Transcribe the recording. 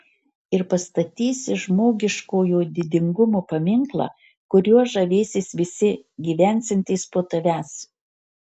ir pastatysi žmogiškojo didingumo paminklą kuriuo žavėsis visi gyvensiantys po tavęs